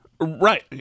Right